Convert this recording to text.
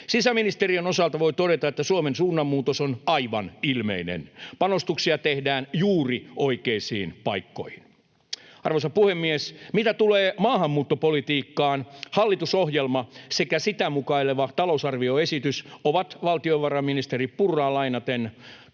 Sisäministeriön osalta voi todeta, että Suomen suunnanmuutos on aivan ilmeinen. Panostuksia tehdään juuri oikeisiin paikkoihin. Arvoisa puhemies! Mitä tulee maahanmuuttopolitiikkaan, hallitusohjelma sekä sitä mukaileva talousarvioesitys ovat valtiovarainministeri Purraa lainaten todellakin